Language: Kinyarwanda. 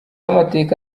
amateka